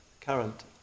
current